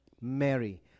Mary